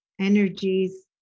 energies